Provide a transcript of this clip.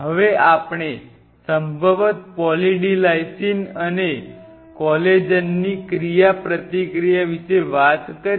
હવે આપણે સંભવત પોલી D લાઈસિન અને કોલેજનની ક્રિયાપ્રતિક્રિયા વિશે વાત કરી